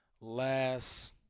last